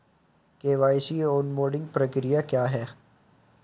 KYC onboarding प्रक्रिया क्या है?